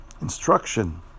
instruction